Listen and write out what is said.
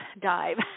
dive